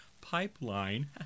pipeline